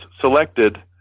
selected